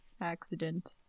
accident